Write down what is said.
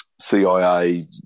cia